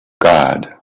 god